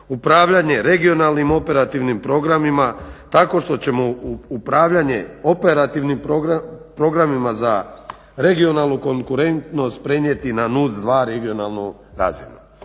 upravljanje regionalnih programima tako što ćemo upravljanje operativnih programima za regionalnu konkurentnost prenijeti na NUC 2 regionalnu razinu.